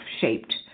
shaped